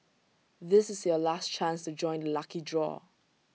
this is your last chance to join the lucky draw